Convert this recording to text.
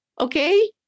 Okay